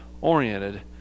oriented